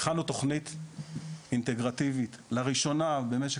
הכנו תכנית אינטגרטיבית, לראשונה במשק